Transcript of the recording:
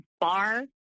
bar